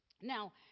now